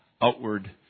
outward